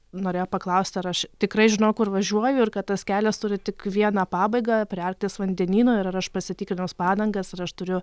norėjo paklausti ar aš tikrai žinau kur važiuoju ir kad tas kelias turi tik vieną pabaigą prie arkties vandenyno ir aš pasitikrinus padangas ar aš turiu